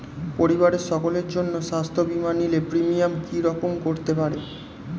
পরিবারের সকলের জন্য স্বাস্থ্য বীমা নিলে প্রিমিয়াম কি রকম করতে পারে?